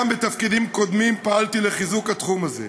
וגם בתפקידים קודמים פעלתי לחיזוק התחום הזה,